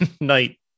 night